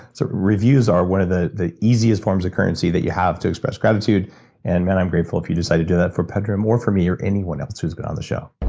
so reviews are one of the the easiest forms of currency that you have to express gratitude and then i'm grateful if you decided to do that for pedram or for me, or anyone else who's been on the show